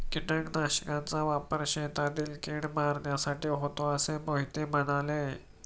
कीटकनाशकांचा वापर शेतातील कीड मारण्यासाठी होतो असे मोहिते म्हणाले